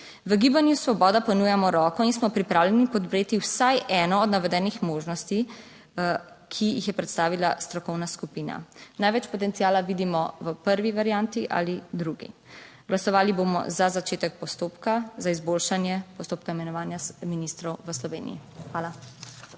V Gibanju Svoboda ponujamo roko in smo pripravljeni podpreti vsaj eno od navedenih možnosti, ki jih je predstavila strokovna skupina. Največ potenciala vidimo v prvi varianti ali drugi. Glasovali bomo za začetek postopka za izboljšanje postopka imenovanja ministrov v Sloveniji. Hvala.